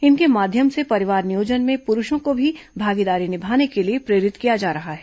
इनके माध्यम से परिवार नियोजन में पुरुषों को भी भागीदारी निभाने के लिए प्रेरित किया जा रहा है